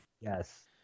Yes